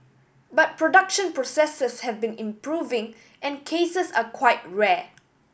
but production processes have been improving and cases are quite rare